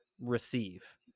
receive